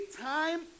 time